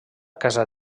casa